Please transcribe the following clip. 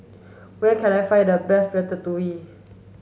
where can I find the best Ratatouille